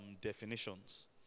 definitions